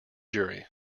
jury